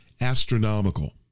astronomical